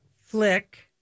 flick